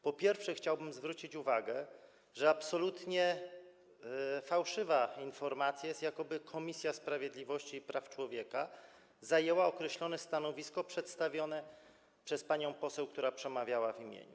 Po pierwsze, chciałbym zwrócić uwagę, że absolutnie fałszywa jest informacja, jakoby Komisja Sprawiedliwości i Praw Człowieka zajęła określone stanowisko, przedstawione przez panią poseł, która przemawiała w jej imieniu.